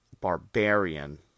Barbarian